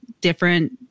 different